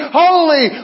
holy